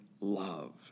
love